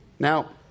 Now